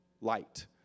light